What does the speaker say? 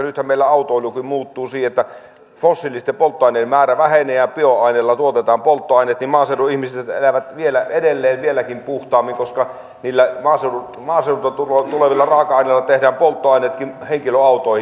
nythän meillä autoilukin muuttuu siten että fossiilisten polttoaineiden määrä vähenee ja bioaineilla tuotetaan polttoaineet niin että maaseudun ihmiset elävät vieläkin puhtaammin koska niistä maaseudulta tulevista raaka aineista tehdään polttoaineetkin henkilöautoihin